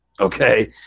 okay